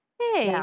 hey